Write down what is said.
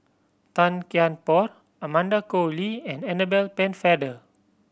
Tan Kian Por Amanda Koe Lee and Annabel Pennefather